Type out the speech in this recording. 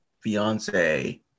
fiance